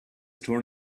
torn